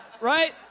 right